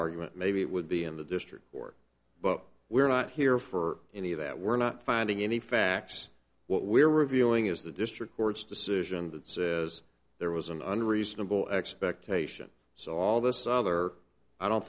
argument maybe it would be in the district court but we're not here for any of that we're not finding any facts what we're revealing is the district court's decision that says there was an under reasonable expectation so all this other i don't